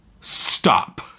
Stop